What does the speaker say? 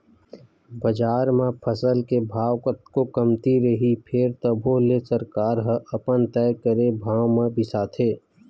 बजार म फसल के भाव कतको कमती रइही फेर तभो ले सरकार ह अपन तय करे भाव म बिसाथे